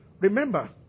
Remember